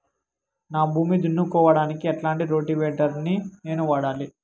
నా భూమి దున్నుకోవడానికి ఎట్లాంటి రోటివేటర్ ని నేను వాడాలి?